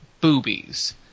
boobies